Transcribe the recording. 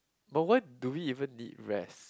but why do we even need rest